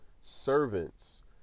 servants